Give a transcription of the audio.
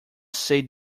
say